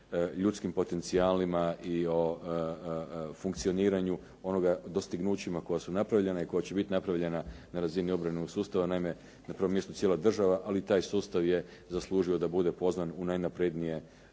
o ljudskim potencijalima i o funkcioniranju onoga dostignućima koja su napravljena i koja će biti napravljena na razini obrambenog sustava. Naime, na prvom mjestu cijela država, ali taj sustav je zaslužio da bude pozvan u najnapredniji